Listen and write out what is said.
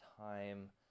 time